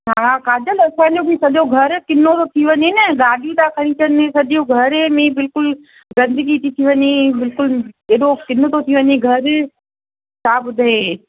हा काजल असांजो बि सॼो घर किनो थो थी वञे न ॻाडियूं था खणी अचनि सॼो घर बिल्कुलु गंदगी थी थी वञे बिल्कुलु एॾो किन थो थी वञे घर छा ॿुधायईं